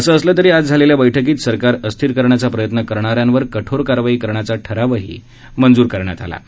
असं असलं तरी आज झालेल्या बैठकीत सरकार अस्थिर करण्याचा प्रयत्न करणाऱ्यांवर कठोर कारवाई करण्याचा ठरावही मंज्र करण्यात आला आहे